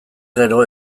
gero